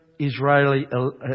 Israeli